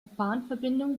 bahnverbindung